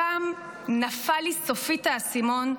שם נפל לי סופית האסימון,